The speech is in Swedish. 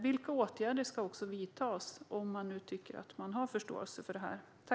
Vilka åtgärder ska i så fall vidtas, om nu ministern har förståelse för detta?